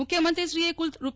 મુખ્યમંત્રીશ્રીએ કુલ રૂ